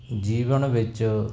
ਜੀਵਨ ਵਿੱਚ